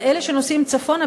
אבל אלה שנוסעים צפונה,